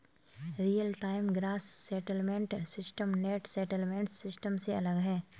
real time gross settlement system net settlement system से अलग है